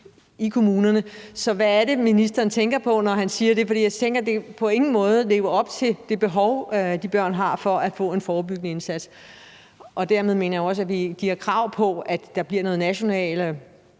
i kommunerne. Så hvad er det, ministeren tænker på, når han siger det? Jeg tænker, at det på ingen måde opfylder til det behov, de børn har, for at få en forebyggende indsats, og dermed mener jeg også, at de har krav på, at der bliver nogle nationale